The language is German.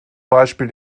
beispiel